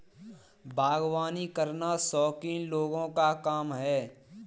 बागवानी करना शौकीन लोगों का काम है